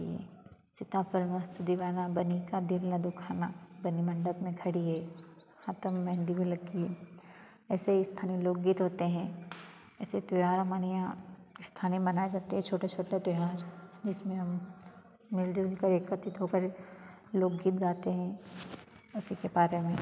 की ये सीता परमस दीवाना बनी का दिल न दुखाना बनी मण्डप में खड़ी है हाथों में मेहँदी भी लगी है ऐसे ही स्थानीय लोक गीत होते हैं ऐसे ही त्यौहार हमारे यहाँ स्थानीय मनाएँ जाते है छोटे छोटे त्यौहार जिसमें हम मिलजुल कर एकत्रित होकर लोकगीत गाते हैं उसी के बारे में